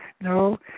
No